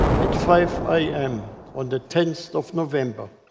at five a m, on the tenth of november,